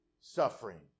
suffering